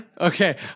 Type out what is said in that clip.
Okay